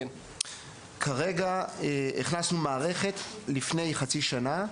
כרגע הכנסנו מערכת, לפני חצי שנה,